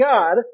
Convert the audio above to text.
God